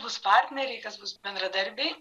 bus partneriai kas bus bendradarbiai